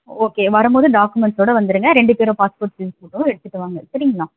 okay வரும்போது டாக்குமெண்ட்ஸோடு வந்துடுங்க ரெண்டு பேரோட பாஸ்போட் சைஸ் ஃபோட்டோவும் எடுத்துட்டு வாங்க சரிங்களா